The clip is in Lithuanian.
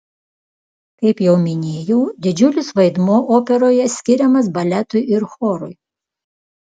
kaip jau minėjau didžiulis vaidmuo operoje skiriamas baletui ir chorui